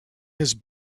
his